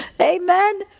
Amen